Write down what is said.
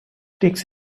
takes